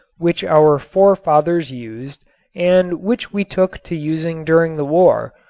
which our forefathers used and which we took to using during the war,